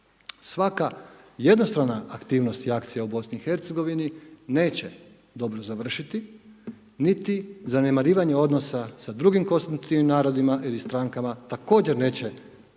Svaka jednostrana aktivnost i akcija u BiH neće dobro završiti, niti zanemarivanje odnosa sa drugim konstitutivnim narodima također neće